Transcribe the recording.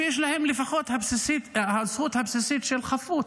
שיש להם, לפחות, הזכות הבסיסית של חפות.